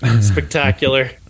Spectacular